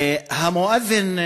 המואזין,